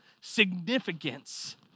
significance